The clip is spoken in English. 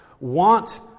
want